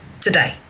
today